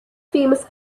famous